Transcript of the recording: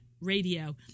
radio